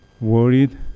worried